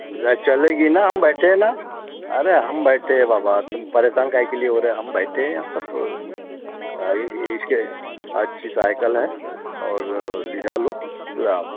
रे चलेगी ना हम बैठे हैं ना अरे हम बैठे हैं बाबा तुम परेशान काहे के लिए हो रहे हम बैठे हैं यहाँ सब इसके अच्छी सायकल है और लिजालो लाओ